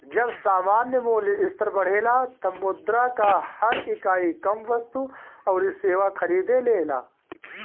जब सामान्य मूल्य स्तर बढ़ेला तब मुद्रा कअ हर इकाई कम वस्तु अउरी सेवा खरीदेला